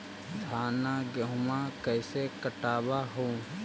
धाना, गेहुमा कैसे कटबा हू?